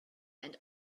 and